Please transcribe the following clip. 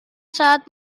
saat